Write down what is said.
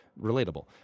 Relatable